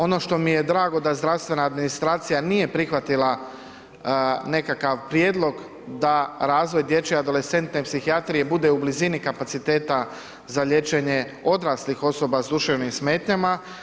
Ono što mi je drago da zdravstvena administracija nije prihvatila nekakav prijedlog da razvoj dječje adolescentne psihijatrije bude u blizini kapaciteta za liječenje odraslih osoba s duševnim smetnjama.